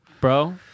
bro